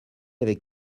avec